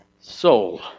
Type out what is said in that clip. soul